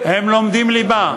הם לומדים ליבה.